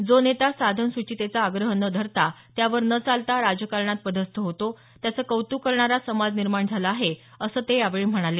जो नेता साधन सुचितेचा आग्रह न धरता त्यावर न चालता राजकारणात पदस्थ होतो त्याचे कौतुक करणारा समाज निर्माण झाला आहे असं ते यावेळी म्हणाले